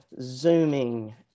Zooming